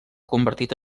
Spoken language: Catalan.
convertit